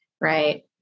right